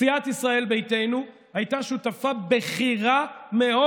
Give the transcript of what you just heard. סיעת ישראל ביתנו הייתה שותפה בכירה מאוד,